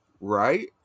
Right